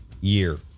year